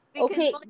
okay